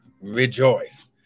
rejoice